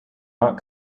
not